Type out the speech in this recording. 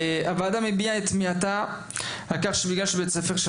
הוועדה מביעה את תמיהתה על כך שבגלל שבתי ספר של